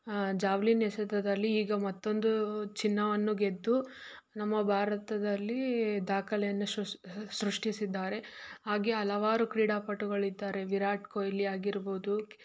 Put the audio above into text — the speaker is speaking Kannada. ಜಾವ್ಲಿನ್ ಎಸೆತದಲ್ಲಿ ಈಗ ಮತ್ತೊಂದು ಚಿನ್ನವನ್ನು ಗೆದ್ದು ನಮ್ಮ ಭಾರತದಲ್ಲಿ ದಾಖಲೆಯನ್ನು ಸೃಷ್ ಸೃಷ್ಟಿಸಿದ್ದಾರೆ ಹಾಗೆ ಹಲವಾರು ಕ್ರೀಡಾಪಟುಗಳಿದ್ದಾರೆ ವಿರಾಟ್ ಕೊಹ್ಲಿ ಆಗಿರ್ಬೋದು